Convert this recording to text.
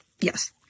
Yes